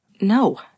No